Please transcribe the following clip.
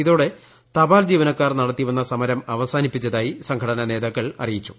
ഇതോടെ തപാൽ ജീവനക്കാർ നടത്തി വന്ന സമരം അവസാനിപ്പിച്ചതായി സംഘടനാ നേതാക്കൾ അറിയിച്ചു